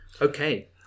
Okay